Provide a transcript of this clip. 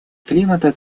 климата